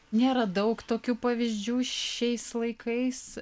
nėra daug tokių pavyzdžių šiais laikais